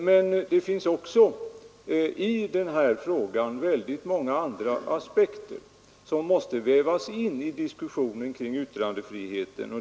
Men det finns också en mängd andra aspekter som måste vävas in i diskussionen kring yttrandefriheten.